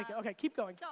yeah okay, keep going. so